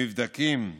מבדקים ייעודיים,